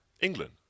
England